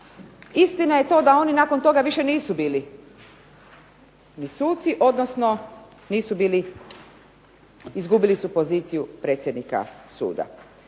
Istina je to da oni nakon toga više nisu bili ni suci, odnosno nisu bili, izgubili su poziciju predsjednika suda.